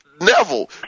Neville